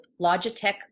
Logitech